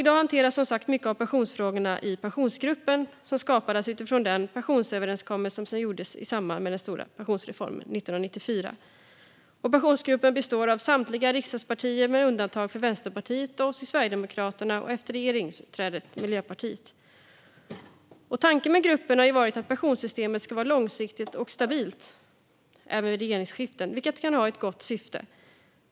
I dag hanteras, som sagt, mycket av pensionsfrågorna i Pensionsgruppen, som skapades utifrån den pensionsöverenskommelse som gjordes i samband med den stora pensionsreformen 1994. Pensionsgruppen består av samtliga riksdagspartier med undantag för Vänsterpartiet, Sverigedemokraterna och, efter regeringsutträdet, Miljöpartiet. Tanken med gruppen har varit att pensionssystemet ska vara långsiktigt och stabilt även vid regeringsskiften, vilket kan vara ett gott syfte.